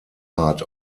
heart